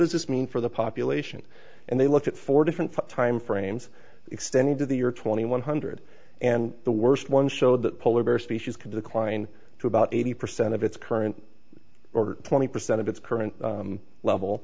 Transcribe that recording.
does this mean for the population and they looked at four different time frames extended to the year twenty one hundred and the worst ones showed that polar bear species could decline to about eighty percent of its current order twenty percent of its current level